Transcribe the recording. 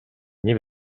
nie